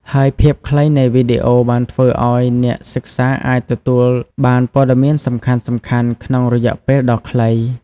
ហើយភាពខ្លីនៃវីដេអូបានធ្វើឲ្យអ្នកសិក្សាអាចទទួលបានព័ត៌មានសំខាន់ៗក្នុងរយៈពេលដ៏ខ្លី ។